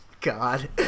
God